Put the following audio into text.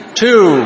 two